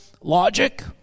logic